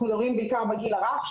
אנחנו מדברים בעיקר על הגיל הרך,